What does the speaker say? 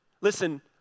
Listen